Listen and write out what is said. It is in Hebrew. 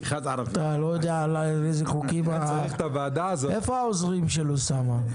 אתה לא יודע על איזה חוקים איפה העוזרים של אוסאמה?